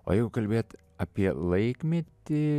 o jeigu kalbėt apie laikmetį